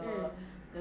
mm